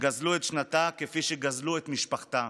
גזלו את שנתה כפי שגזלו את משפחתה,